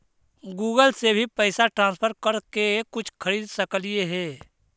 Google से भी पैसा ट्रांसफर कर के कुछ खरिद सकलिऐ हे?